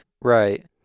right